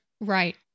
Right